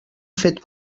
fet